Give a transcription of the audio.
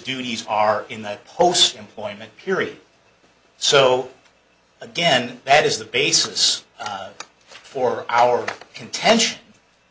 duties are in the post employment period so again that is the basis for our contention